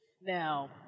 Now